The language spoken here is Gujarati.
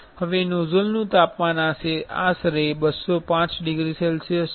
હવે નોઝલનું તાપમાન આશરે 205 ડિગ્રી સેલ્સિયસ છે